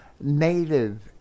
native